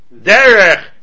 derech